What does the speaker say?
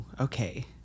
okay